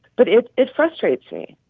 but it it frustrates me.